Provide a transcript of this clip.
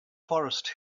forest